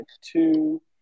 two